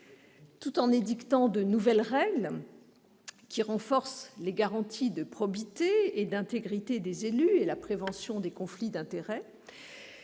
Tout en édictant de nouvelles règles qui renforcent les garanties de probité et d'intégrité des élus et la prévention des conflits d'intérêts,